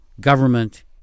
government